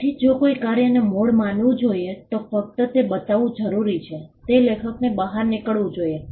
તેથી જો કોઈ કાર્યને મૂળ માનવું જોઈએ તો ફક્ત તે બતાવવાનું જરૂરી છે તે લેખકની બહાર નીકળવું જોઈએ